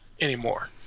anymore